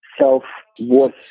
self-worth